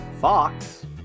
Fox